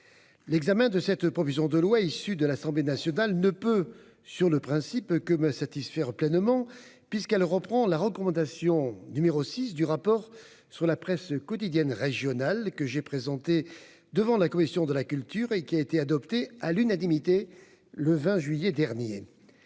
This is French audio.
L'examen de cette proposition de loi issue de l'Assemblée nationale ne peut, sur le principe, que me satisfaire pleinement puisqu'elle reprend la recommandation n° 6 du rapport d'information, que j'ai présenté devant la commission de la culture et qui a été adopté à l'unanimité le 20 juillet dernier.